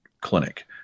clinic